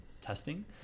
testing